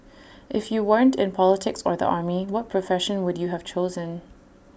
if you weren't in politics or the army what profession would you have chosen